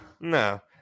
No